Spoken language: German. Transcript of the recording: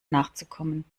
nachzukommen